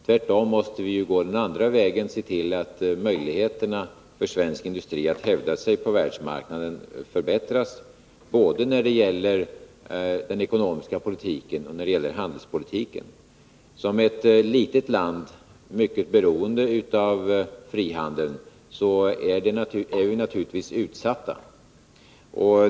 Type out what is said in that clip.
Tvärtom måste vi genom att gå den andra vägen se till att möjligheterna för svensk industri att hävda sig på världsmarknaden förbättras både när det gäller den ekonomiska politiken och när det gäller handelspolitiken. Som ett litet land, mycket beroende av frihandeln, är vi naturligtvis utsatta.